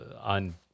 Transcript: on